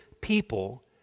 people